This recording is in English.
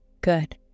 Good